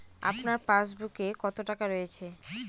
আপনার পাসবুকে কত টাকা রয়েছে?